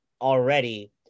already